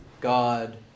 God